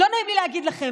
לא נעים לי להגיד לכם,